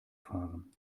fahren